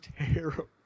terrible